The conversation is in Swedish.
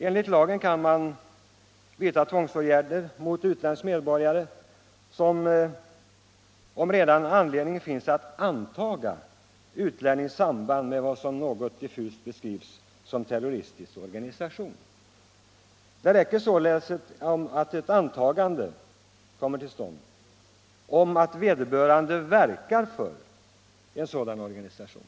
Enligt lagen kan man vidta tvångsåtgärder mot utländsk medborgare redan om anledning finns att antaga utlänningens samband med vad som något diffust beskrivs som terroristorganisation. Det räcker således att ett antagande finns om att vederbörande verkar för en sådan organisation.